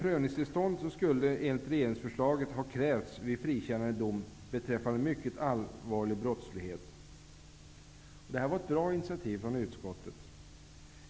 Prövningstillstånd skulle enligt regeringsförslaget ha krävts vid frikännande dom beträffande mycket allvarlig brottslighet. Det var ett bra initiativ från utskottet.